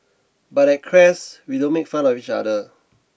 but at Crest we don't make fun of each other